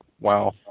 Wow